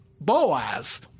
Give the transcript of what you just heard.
Boaz